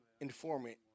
informant